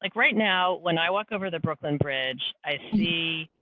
like right now when i walk over the brooklyn bridge, i see.